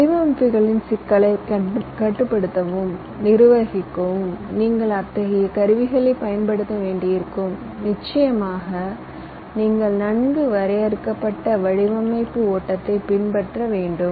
வடிவமைப்புகளின் சிக்கலைக் கட்டுப்படுத்தவும் நிர்வகிக்கவும் நீங்கள் அத்தகைய கருவிகளைப் பயன்படுத்த வேண்டியிருக்கும் நிச்சயமாக நீங்கள் நன்கு வரையறுக்கப்பட்ட வடிவமைப்பு ஓட்டத்தைப் பின்பற்ற வேண்டும்